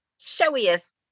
showiest